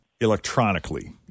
electronically